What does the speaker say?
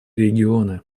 регионы